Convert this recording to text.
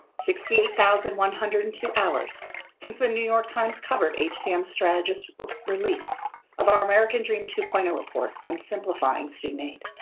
sixty eight thousand one hundred and two hours since the new york times covered hcm strategies' release of our american dream two point zero report on simplifying student aid.